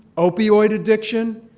opioid addiction,